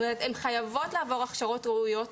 זאת אומרת, הן חייבות לעבור הכשרות ראויות.